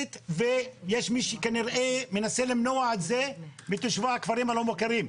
ויש מי שכנראה מנסה למנוע את זה מתושבי הכפרים הלא מוכרים.